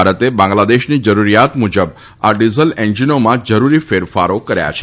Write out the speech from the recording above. ભારતે બાંગ્લાદેશની જરૂરિયાત મુજબ આ ડિઝલ એન્જિનોમાં જરૂરી ફેરફારો કર્યા છે